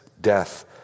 death